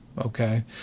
okay